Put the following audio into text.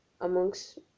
amongst